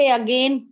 again